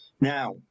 Now